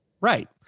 right